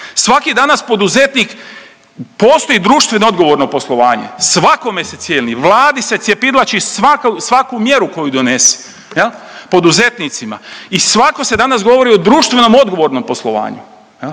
Svaki danas poduzetnik, postoji društveno odgovorno poslovanje, svakome se .../nerazumljivo/..., Vladi se cjepidlači svaku mjeru koju donese, poduzetnicima i svako se danas govori o društveno odgovornom poslovanju. Ali